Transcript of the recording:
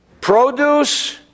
produce